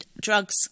drugs